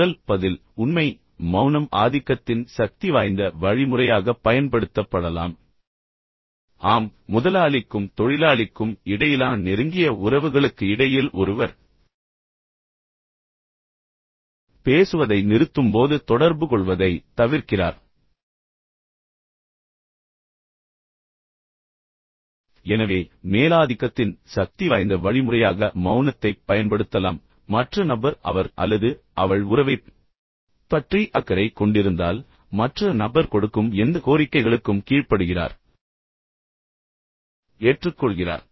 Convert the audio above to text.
முதல் பதில் உண்மை மௌனம் ஆதிக்கத்தின் சக்திவாய்ந்த வழிமுறையாகப் பயன்படுத்தப்படலாம் ஆம் முதலாளிக்கும் தொழிலாளிக்கும் இடையிலான நெருங்கிய உறவுகளுக்கு இடையில் ஒருவர் பேசுவதை நிறுத்தும்போது தொடர்புகொள்வதைத் தவிர்க்கிறார் எனவே மேலாதிக்கத்தின் சக்திவாய்ந்த வழிமுறையாக மௌனத்தைப் பயன்படுத்தலாம் மற்ற நபர் அவர் அல்லது அவள் உறவைப் பற்றி அக்கறை கொண்டிருந்தால் மற்ற நபர் கொடுக்கும் எந்த கோரிக்கைகளுக்கும் கீழ்ப்படுகிறார் ஏற்றுக்கொள்கிறார்